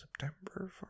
September